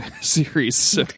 series